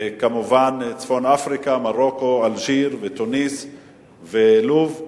כמובן צפון-אפריקה, מרוקו, אלג'יר, תוניסיה ולוב.